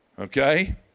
Okay